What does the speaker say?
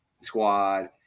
squad